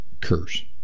Curse